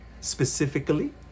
Specifically